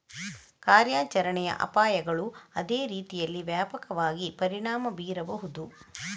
ಕಾರ್ಯಾಚರಣೆಯ ಅಪಾಯಗಳು ಅದೇ ರೀತಿಯಲ್ಲಿ ವ್ಯಾಪಕವಾಗಿ ಪರಿಣಾಮ ಬೀರಬಹುದು